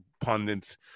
pundits